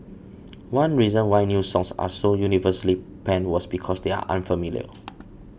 one reason why new songs are so universally panned was because they are unfamiliar